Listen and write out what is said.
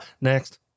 next